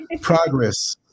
Progress